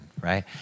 right